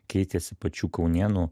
keitėsi pačių kaunėnų